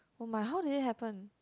oh my how did it happen